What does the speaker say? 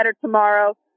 tomorrow